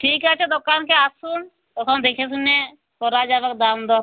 ঠিক আছে দোকানে আসুন তখন দেখে শুনে করা যাবে দাম দর